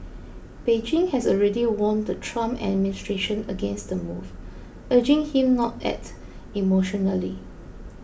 Beijing has already warned the Trump administration against the move urging him not act emotionally